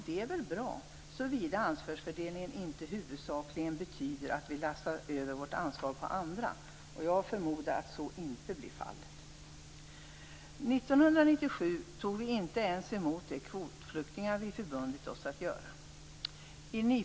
Det är väl bra såvida ansvarsfördelningen inte huvudsakligen betyder att vi lastar över vårt ansvar på andra. Jag förmodar att så inte blir fallet. År 1997 tog vi inte ens emot de kvotflyktingar som vi förbundit oss att ta emot.